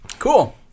Cool